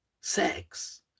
sex